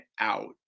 out